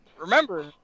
Remember